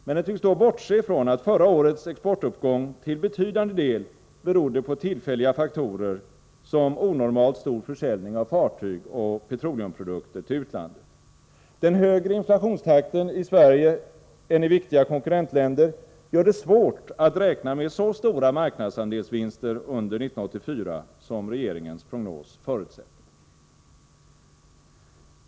Men den tycks då bortse från att förra årets exportuppgång till betydande del berodde på tillfälliga faktorer som onormalt stor försäljning av fartyg och petroleumprodukter till utlandet. Den högre inflationstakten i Sverige än i viktiga konkurrentländer gör det svårt att räkna med så stora marknadsandelsvinster under 1984 som regeringens prognos förutsätter.